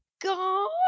god